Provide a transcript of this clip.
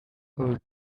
our